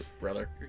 Brother